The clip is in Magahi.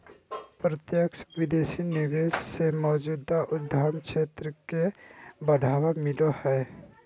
प्रत्यक्ष विदेशी निवेश से मौजूदा उद्यम क्षेत्र के बढ़ावा मिलो हय